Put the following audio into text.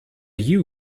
yew